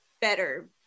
better